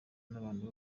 n’abantu